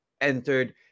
entered